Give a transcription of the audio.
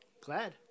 glad